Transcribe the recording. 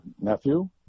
nephew